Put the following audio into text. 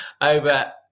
over